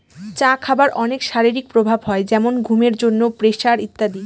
চা খাবার অনেক শারীরিক প্রভাব হয় যেমন ঘুমের জন্য, প্রেসার ইত্যাদি